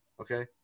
Okay